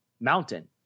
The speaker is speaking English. mountain